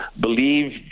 believe